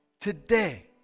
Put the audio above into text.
today